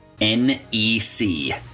N-E-C